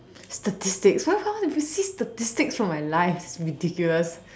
statistics why would someone want to see statistics from my life ridiculous